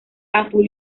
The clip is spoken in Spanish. azul